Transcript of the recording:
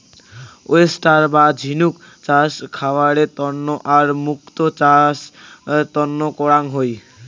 oyster বা ঝিনুক চাষ খাবারের তন্ন আর মুক্তো চাষ তন্ন করাং হই